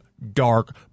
dark